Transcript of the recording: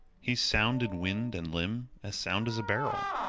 he's sound in wind and limb as sound as a barrel.